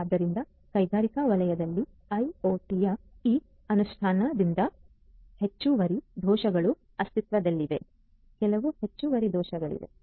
ಆದ್ದರಿಂದ ಕೈಗಾರಿಕಾ ವಲಯದಲ್ಲಿ ಐಒಟಿಯ ಈ ಅನುಷ್ಠಾನದಿಂದಾಗಿ ಹೆಚ್ಚುವರಿ ದೋಷಗಳು ಅಸ್ತಿತ್ವದಲ್ಲಿವೆ ಕೆಲವು ಹೆಚ್ಚುವರಿ ದೋಷಗಳಿವೆ